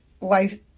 life